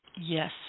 Yes